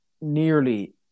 nearly